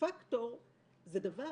פקטור זה דבר